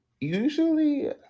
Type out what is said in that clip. usually